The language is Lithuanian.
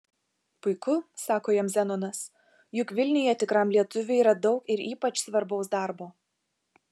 puiku sako jam zenonas juk vilniuje tikram lietuviui yra daug ir ypač svarbaus darbo